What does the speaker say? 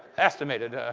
estimated. ah